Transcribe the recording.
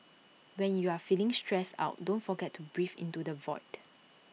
when you are feeling stressed out don't forget to breathe into the void